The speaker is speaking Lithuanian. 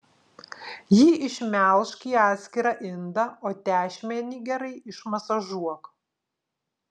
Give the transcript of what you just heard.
jį išmelžk į atskirą indą o tešmenį gerai išmasažuok